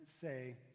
say